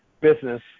business